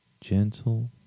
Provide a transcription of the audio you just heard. Gentle